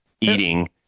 eating